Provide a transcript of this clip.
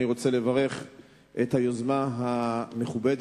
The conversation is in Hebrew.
אני רוצה לברך על היוזמה המכובדת